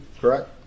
Correct